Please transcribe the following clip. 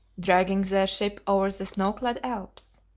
dragging their ship over the snowclad alps.